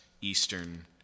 Eastern